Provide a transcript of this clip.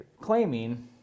claiming